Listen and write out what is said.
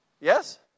Yes